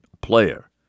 player